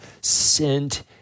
sent